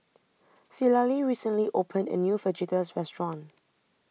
Citlali recently opened a new Fajitas Restaurant